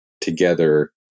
together